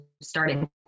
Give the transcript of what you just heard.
starting